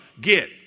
Get